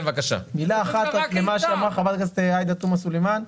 מילה אחת לגבי מה שאמרה חברת הכנסת עאידה תומא סלימאן.